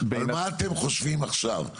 על מה אתם חושבים עכשיו?